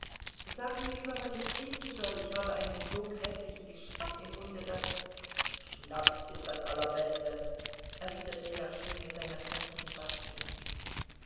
sag mir lieber was ich trinken soll ich habe einen so gräßlichen geschmack im munde daß schnaps ist das allerbeste erwiderte jaschwin mit seiner kräftigen baßstimme